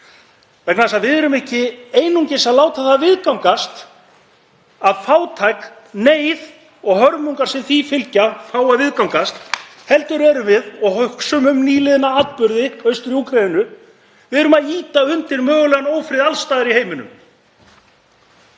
vegna þess að við erum ekki einungis að láta það viðgangast að fátækt, neyð og hörmungar sem því fylgja fái að viðgangast heldur erum við — og hugsum um nýliðna atburði austur í Úkraínu — að ýta undir mögulegan ófrið alls staðar í heiminum.